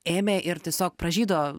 ėmė ir tiesiog pražydo